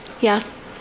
Yes